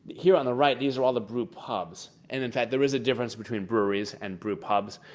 here on the right, these are all the brew pubs. and in fact, there is a difference between breweries and brew pubs.